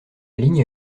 ligne